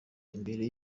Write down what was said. imbere